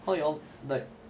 how y'all like